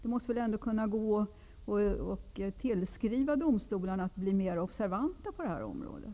Det måste vara möjligt att tillskriva domstolarna om att bli mer observanta på det här området.